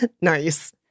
Nice